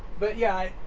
but yeah,